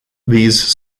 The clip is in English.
these